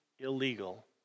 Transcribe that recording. illegal